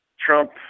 Trump